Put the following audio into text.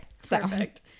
perfect